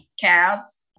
calves